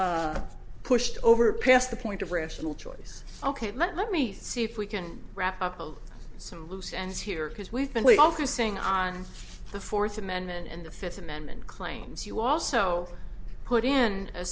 pushed over past the point of rational choice ok let me see if we can wrap up some loose ends here because we've been way off of saying on the fourth amendment and the fifth amendment claims you also put in a